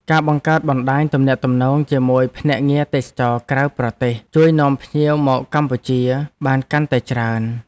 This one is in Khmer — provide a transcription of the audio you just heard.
ការបង្កើតបណ្តាញទំនាក់ទំនងជាមួយភ្នាក់ងារទេសចរណ៍ក្រៅប្រទេសជួយនាំភ្ញៀវមកកម្ពុជាបានកាន់តែច្រើន។